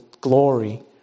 glory